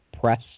press